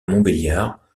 montbéliard